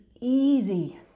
easy